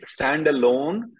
standalone